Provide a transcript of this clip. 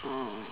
orh